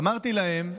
ואמרתי להם: